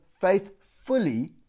faithfully